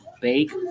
bake